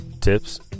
tips